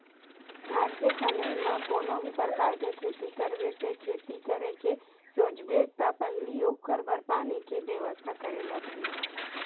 आज के समे म कोनो भी परकार के खेती करबे ते खेती करे के सोचबे त पहिली ओखर बर पानी के बेवस्था करे जाथे